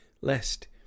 lest